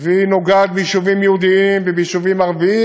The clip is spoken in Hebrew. והיא נוגעת ביישובים יהודיים וביישוביים ערביים